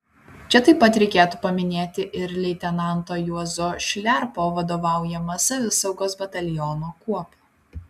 čia taip pat reikėtų paminėti ir leitenanto juozo šliarpo vadovaujamą savisaugos bataliono kuopą